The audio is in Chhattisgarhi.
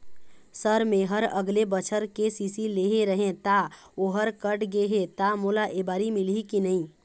सर मेहर अगले बछर के.सी.सी लेहे रहें ता ओहर कट गे हे ता मोला एबारी मिलही की नहीं?